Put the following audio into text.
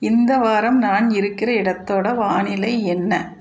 இந்த வாரம் நான் இருக்கிற இடத்தோடய வானிலை என்ன